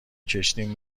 کشتیم